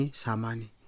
samani